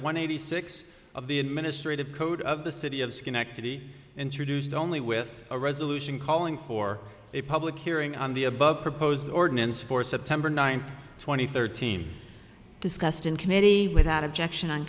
one eighty six of the administrative code of the city of schenectady introduced only with a resolution calling for a public hearing on the above proposed ordinance for september ninth two thousand and thirteen discussed in committee without objection on